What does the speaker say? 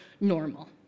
normal